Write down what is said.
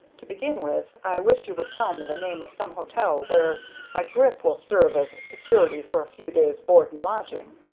to begin with, i wish you would tell me the name of some hotel where my grip will serve as security for a few days' board and lodging.